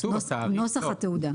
נוסח התעודה.